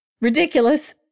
Ridiculous